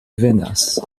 venas